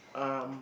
um